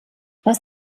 aus